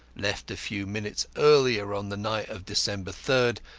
left a few minutes earlier on the night of december third,